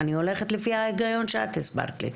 אני הולכת לפי ההיגיון שאת הסברת לי.